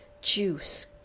Juice